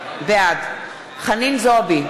בעד חנין זועבי,